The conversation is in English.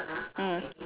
mm